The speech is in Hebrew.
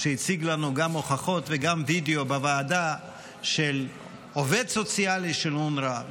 שהציג לנו בוועדה גם הוכחות וגם וידיאו של עובד סוציאלי של אונר"א,